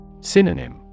Synonym